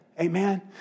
Amen